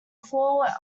four